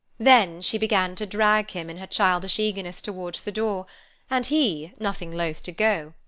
then she began to drag him, in her childish eagerness, towards the door and he, nothing loth to go,